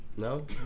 No